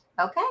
Okay